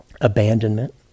abandonment